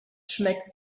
schmeckt